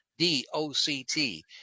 D-O-C-T